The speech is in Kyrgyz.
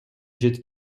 жети